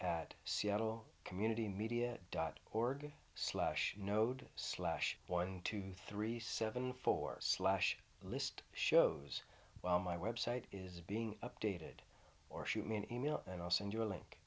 at seattle community media dot org slash node slash one two three seven four slash list shows while my website is being updated or shoot me an email and i'll send you a link